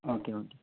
okay okay